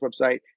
website